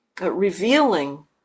revealing